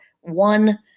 one